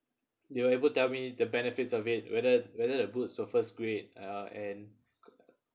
they were ever tell me the benefits of it whether whether the boots were first grade uh and